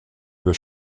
über